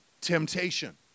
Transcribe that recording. temptation